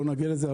לא נגיע לזה,